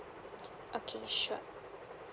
okay sure